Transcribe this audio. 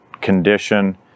condition